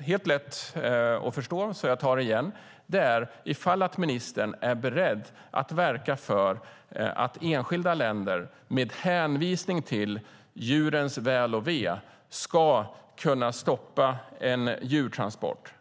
helt lätt att förstå, så jag tar det igen. Är ministern beredd att verka för att enskilda länder med hänvisning till djurens väl och ve ska kunna stoppa en djurtransport?